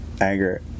anger